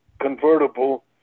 convertible